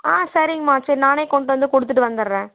ஆ சரிங்கம்மா சரி நானே கொண்டு வந்து கொடுத்துட்டு வந்துட்றேன்